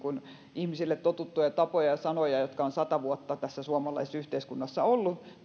ihmisille totuttuja tapoja ja sanoja jotka ovat sata vuotta tässä suomalaisessa yhteiskunnassa olleet